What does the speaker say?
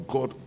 God